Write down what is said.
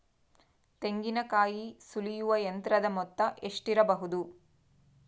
ತೆಂಗಿನಕಾಯಿ ಸುಲಿಯುವ ಯಂತ್ರದ ಮೊತ್ತ ಎಷ್ಟಿರಬಹುದು?